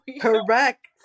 correct